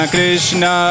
Krishna